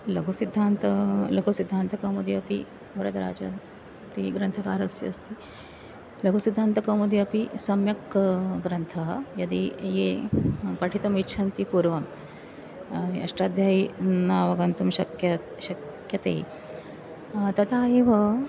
लघुसिद्धान्त लघुसिद्धान्तकौमुदी अपि वरदराजः इति ग्रन्थकारस्य अस्ति लघुसिद्धान्तकौमुदी अपि सम्यक् ग्रन्थः यदि ये पठितुम् इच्छन्ति पूर्वम् अष्टाध्यायी न अवगन्तुं शक्यं शक्यते तथा एव